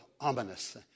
ominous